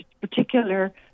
particular